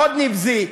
מאוד נבזי,